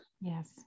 Yes